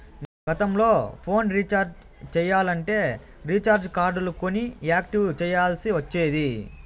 గతంల phone recharge చెయ్యాలంటే recharge కార్డులు కొని యాక్టివేట్ చెయ్యాల్ల్సి ఒచ్చేది